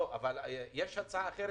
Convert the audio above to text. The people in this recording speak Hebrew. יש הצעה אחרת,